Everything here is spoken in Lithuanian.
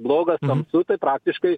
blogas tamsu tai praktiškai